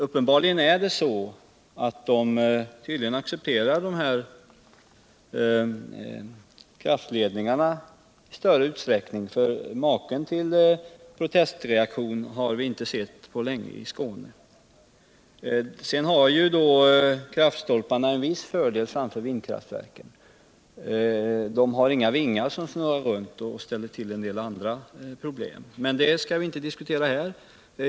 Uppenbarligen är det så att de tydligen lättare accepterar kraftiedningarna, för maken till protestreaktioner har vi inte seu på länge i Skåne. Sedan har stolparna en viss fördel framför vindkraftverken. De har inga vingar som snurrar runt, och de ställer inte heller till en det av de andra problemen som vindkraftverken förorsakar. Men den saken skall vi inte diskutera nu.